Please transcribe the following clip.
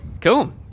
cool